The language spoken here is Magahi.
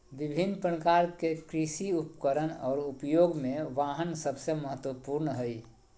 विभिन्न प्रकार के कृषि उपकरण और उपयोग में वाहन सबसे महत्वपूर्ण हइ